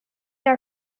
are